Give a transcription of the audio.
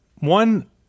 one